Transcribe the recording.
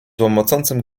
łomocącym